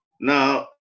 Now